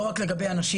ולא רק לגבי הנשים.